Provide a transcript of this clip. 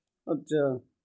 ਅੱਛਾ